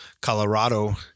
Colorado